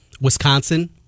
Wisconsin